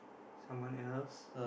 someone else